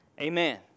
Amen